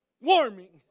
warming